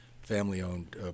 family-owned